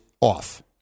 off